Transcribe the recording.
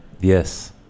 Yes